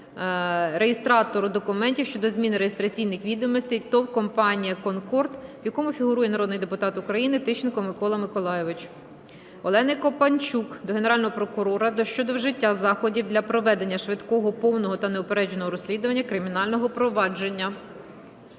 реєстратору документів щодо зміни реєстраційних відомостей ТОВ "Компанія "Конкорд", в якому фігурує народний депутат України Тищенко Микола Миколайович. Олени Копанчук до Генерального прокурора щодо вжиття заходів для проведення швидкого, повного та неупередженого розслідування кримінального провадження.